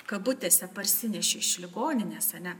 kabutėse parsinešė iš ligoninės ane